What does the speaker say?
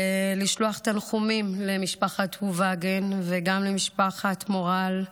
ולשלוח תנחומים למשפחת אובגן וגם למשפחת מורל,